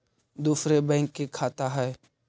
दुसरे बैंक के खाता हैं?